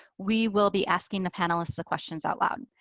we will be asking the panelists the questions out loud.